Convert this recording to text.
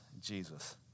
Jesus